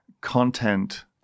content